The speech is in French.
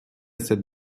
cette